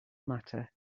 matter